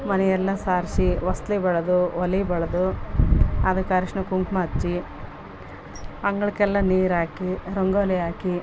ಮನೆಯಲ್ಲ ಸಾರಿಸಿ ಹೊಸ್ಲು ಬಳಿದು ಒಲೆ ಬಳಿದು ಅದಕ್ಕೆ ಅರ್ಶಿಣ ಕುಂಕುಮ ಹಚ್ಚಿ ಅಂಗಳಕ್ಕೆಲ್ಲ ನೀರು ಹಾಕಿ ರಂಗೋಲಿ ಹಾಕಿ